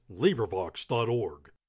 LibriVox.org